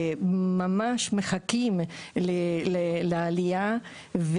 ממש מחכים לעלייה.